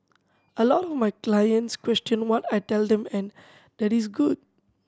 a lot of my clients question what I tell them and that is good